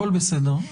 הכול בסדר,